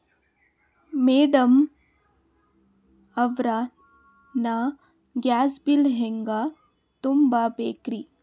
Madam ಅವ್ರ, ನಾ gas bill ಹೆಂಗ ತುಂಬಾ ಬೇಕ್ರಿ?